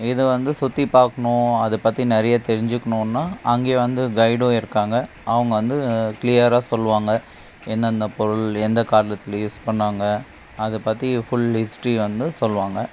இதை வந்து சுற்றிப்பாக்ணும் அதை பற்றி நிறைய தெரிஞ்சிக்குணும்னா அங்கேயே வந்து கைடும் இருக்காங்க அவங்க வந்து கிளியராக சொல்வாங்க எந்தெந்த பொருள் எந்த காலத்தில் யூஸ் பண்ணாங்க அதை பற்றி ஃபுல் ஹிஸ்ட்ரி வந்து சொல்வாங்க